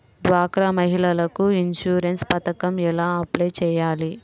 డ్వాక్రా మహిళలకు ఇన్సూరెన్స్ పథకం ఎలా అప్లై చెయ్యాలి?